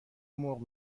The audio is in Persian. مرغ